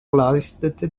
leistete